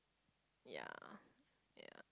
ya ya